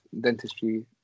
Dentistry